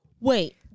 Wait